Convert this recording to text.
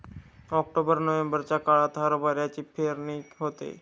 October नोव्हेंबरच्या काळात हरभऱ्याची पेरणी होते